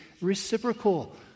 reciprocal